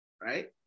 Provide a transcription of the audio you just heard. right